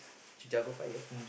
Chicago Fire